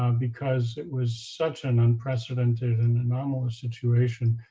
um because it was such an unprecedented and anomalous situation.